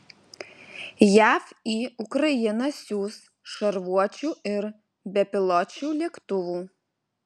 jav į ukrainą siųs šarvuočių ir bepiločių lėktuvų